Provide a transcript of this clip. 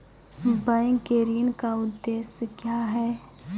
Bank के ऋण का उद्देश्य क्या हैं?